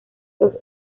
los